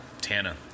Tana